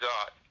God